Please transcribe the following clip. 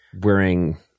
wearing